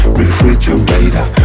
refrigerator